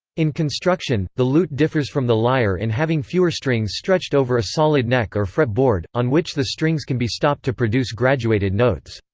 in construction, the lute differs from the lyre in having fewer strings stretched over a solid neck or fret-board, on which the strings can be stopped to produce graduated notes.